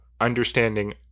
understanding